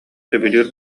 сөбүлүүр